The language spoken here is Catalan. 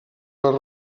les